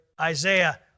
Isaiah